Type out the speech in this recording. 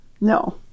no